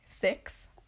six